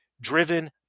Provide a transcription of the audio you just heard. driven